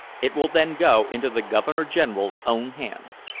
it will then go into the governor-general's own hands.